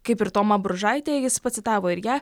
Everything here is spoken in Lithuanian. kaip ir toma bružaitė jis pacitavo ir ją